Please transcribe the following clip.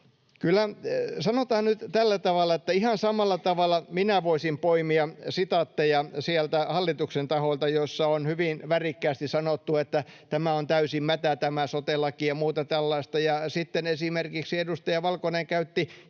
— Sanotaan nyt tällä tavalla, että ihan samalla tavalla minä voisin poimia sieltä hallituksen taholta sitaatteja, joissa on hyvin värikkäästi sanottu, että tämä on täysin mätä tämä sote-laki ja muuta tällaista. Sitten esimerkiksi edustaja Valkonen käytti